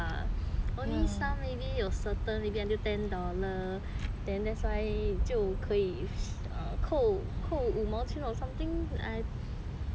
a certain maybe until ten dollar then that's why 就可以扣扣五毛钱 or something I but I think I think